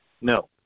No